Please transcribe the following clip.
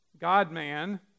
God-man